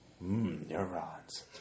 neurons